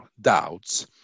doubts